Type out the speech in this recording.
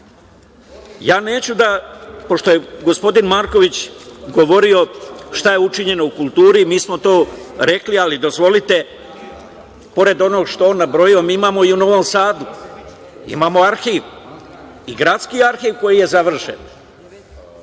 citatu. Pošto je gospodin Marković govorio šta je učinjeno u kulturi, mi smo to rekli, ali dozvolite, pored onog što je on nabrojao, mi imamo i u Novom Sadu arhiv i gradski arhiv koji je završen.